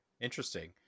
interesting